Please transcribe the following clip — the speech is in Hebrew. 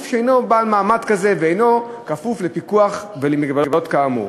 שאינו בעל מעמד כזה ואינו כפוף לפיקוח ולמגבלות כאמור.